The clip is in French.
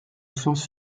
science